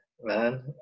man